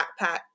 backpack